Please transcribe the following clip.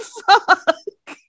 fuck